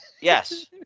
Yes